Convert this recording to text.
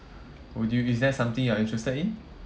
would you is that something you are interested in